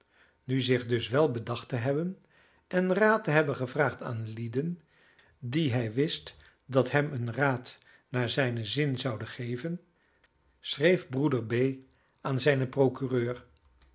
na zich dus wel bedacht te hebben en raad te hebben gevraagd aan lieden die hij wist dat hem een raad naar zijnen zin zouden geven schreef broeder b aan zijnen procureur